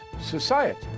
society